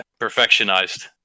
perfectionized